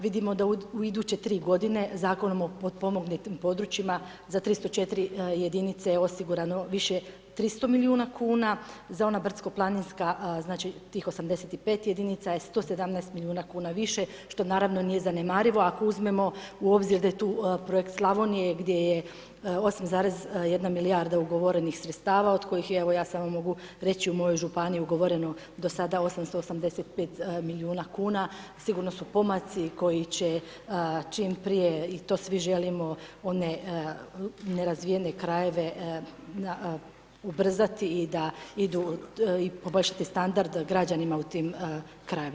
Vidimo da u iduće tri godine Zakonom o potpomognutim područjima za 304 jedinice osigurano više 300 milijuna kuna, za ona brdsko planinska, znači, tih 85 jedinica je 117 milijuna kuna više, što naravno nije zanemarivo ako uzmemo u obzir da je tu Projekt Slavonije gdje je 8,1 milijarda ugovorenih sredstava od kojih je, evo ja samo mogu reći u mojoj županiji ugovoreno do sada 885 milijuna kuna, sigurno su pomaci koji će čim prije i to svi želimo, one nerazvijene krajeve ubrzati i da idu, i poboljšati standard građanima u tim krajevima, evo, hvala lijepo.